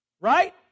Right